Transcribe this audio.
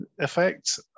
effect